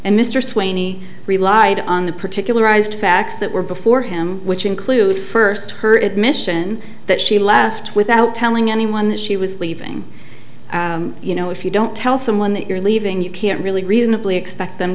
and mr sweeney relied on the particularized facts that were before him which include first her admission that she left without telling anyone that she was leaving you know if you don't tell someone that you're leaving you can't really reasonably expect them